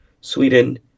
Sweden